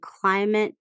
climate